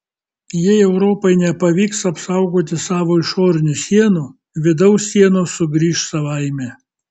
jei europai nepavyks apsaugoti savo išorinių sienų vidaus sienos sugrįš savaime